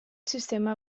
sistema